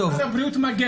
משרד הבריאות...